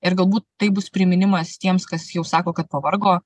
ir galbūt tai bus priminimas tiems kas jau sako kad pavargo